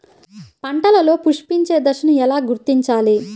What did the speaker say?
పంటలలో పుష్పించే దశను ఎలా గుర్తించాలి?